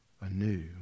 anew